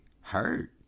hurt